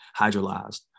hydrolyzed